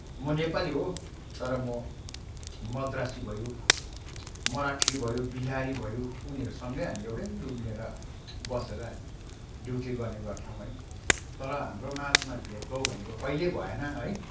म नेपाली हो तर म मद्रासी भयो मराठी भयो बिहारी भयो उनीहरूसँग हामी एउटै रुम लिएर बसेर हामी ड्युटी गर्ने गर्थ्यौँ है तर हाम्रो माझमा भेदभाव भनेको कहिल्यै भएन है